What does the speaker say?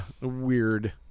weird